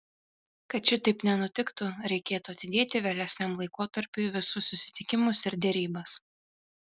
kad šitaip nenutiktų reikėtų atidėti vėlesniam laikotarpiui visus susitikimus ir derybas